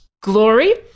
glory